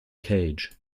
cage